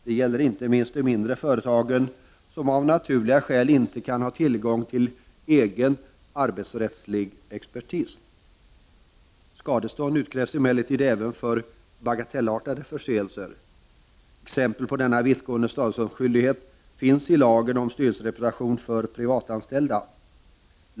Det gäller inte minst de mindre företagen, som av naturliga skäl inte kan ha tillgång till egen arbetsrättslig expertis. Skadestånd utkrävs emellertid även för bagatellartade förseelser. Exempel på denna vittgående skadeståndsskyldighet finns i lagen om styrelserepresentation för privatanställda.